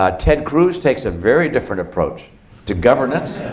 um ted cruz takes a very different approach to governance.